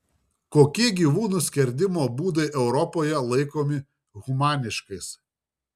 kokie gyvūnų skerdimo būdai europoje laikomi humaniškais